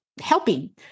helping